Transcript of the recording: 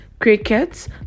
cricket